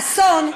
אסון,